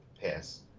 pass